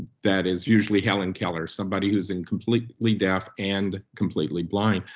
that is usually helen keller. somebody who's and completely deaf and completely blind,